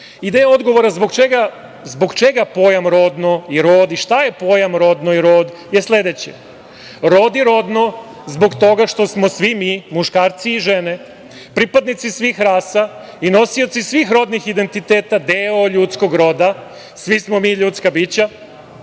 I deo odgovora zbog čega pojam rodno i rod i šta je pojam rodno i rod je sledeće. Rod i rodno zbog toga što smo svi mi muškarci i žene, pripadnici svih rasa i nosioci svih rodnih identiteta deo ljudskog roda. Svi smo mi ljudska bića